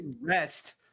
rest